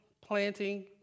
planting